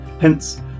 Hence